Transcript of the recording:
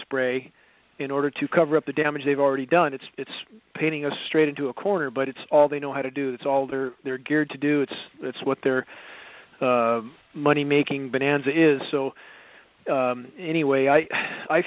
spray in order to cover up the damage they've already done it's painting a straight into a corner but it's all they know how to do that's all there they're geared to do it's that's what their money making bonanza is so anyway i i